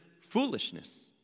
foolishness